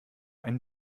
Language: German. ein